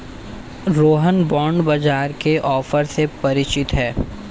Rohan bond बाजार के offer से परिचित है